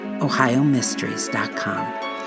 OhioMysteries.com